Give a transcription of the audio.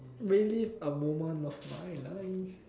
relive a moment of my life